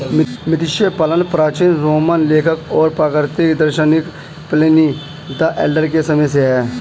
मत्स्य पालन प्राचीन रोमन लेखक और प्राकृतिक दार्शनिक प्लिनी द एल्डर के समय से है